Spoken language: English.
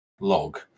log